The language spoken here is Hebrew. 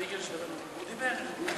הוא דיבר?